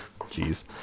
Jeez